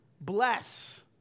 bless